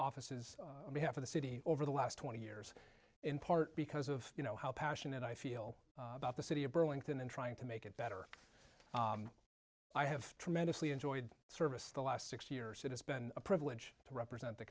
offices we have for the city over the last twenty years in part because of you know how passionate i feel about the city of burlington and trying to make it better i have tremendously enjoyed service the last six years it has been a privilege to represent the